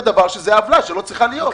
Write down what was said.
וזה דבר שזה עוולה שלא צריך להיות,